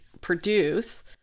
produce